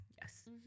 yes